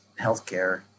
healthcare